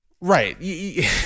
Right